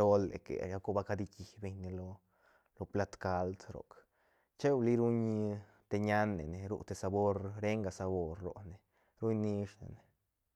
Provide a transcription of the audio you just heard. role que galcor ba cadikibeñne lo lo plat cald roc cheu li ruñ ñanene ru te sabor renga sabor rone ruñ nish ne ne.